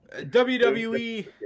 WWE